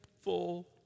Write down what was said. full